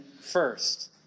first